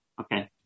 Okay